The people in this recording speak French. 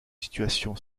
situation